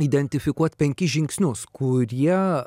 identifikuot penkis žingsnius kurie